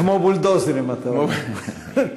כמו בולדוזרים, אתה אומר.